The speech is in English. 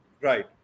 Right